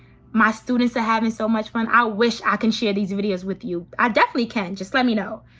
my students are having so much fun. i wish i can share these videos with you. i definitely can, just let me know.